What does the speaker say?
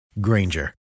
Granger